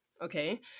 Okay